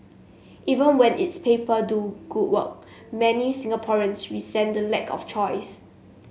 even when its paper do good work many Singaporeans resent the lack of choice